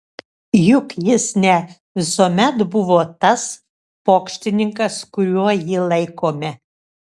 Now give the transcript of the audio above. juk jis ne visuomet buvo tas pokštininkas kuriuo jį laikome